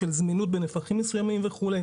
של זמינות בנפחים מסוימים וכו'.